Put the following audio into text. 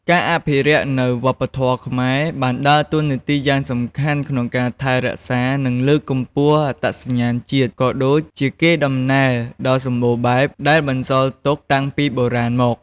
ការអភិរក្សនៅវប្បធម៌ខ្មែរ បានដើរតួនាទីយ៉ាងសំខាន់ក្នុងការថែរក្សា និងលើកកម្ពស់អត្តសញ្ញាណជាតិ ក៏ដូចជាកេរដំណែលដ៏សម្បូរបែបដែលបន្សល់ទុកតាំងពីបុរាណមក។